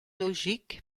logistique